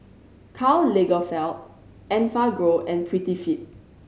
Karl Lagerfeld Enfagrow and Prettyfit